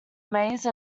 maze